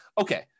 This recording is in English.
okay